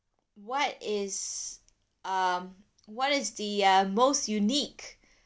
what is um what is the uh most unique